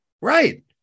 Right